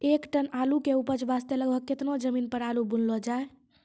एक टन आलू के उपज वास्ते लगभग केतना जमीन पर आलू बुनलो जाय?